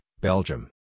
Belgium